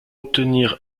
obtenir